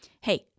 Hey